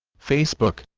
facebook